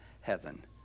heaven